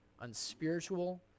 unspiritual